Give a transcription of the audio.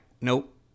nope